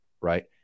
Right